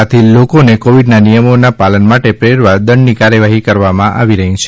આથી લોકોને કોવિડના નિયમોના પાલન માટે પ્રેરવા દંડની કાર્યવાહી કરવામાં આવી છે